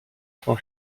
for